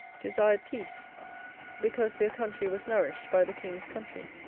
desired peace because their country was nourished by the king's country.